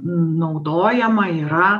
naudojama yra